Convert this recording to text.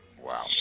Wow